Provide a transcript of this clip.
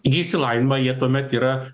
įgiję išsilavinimą jie tuomet yra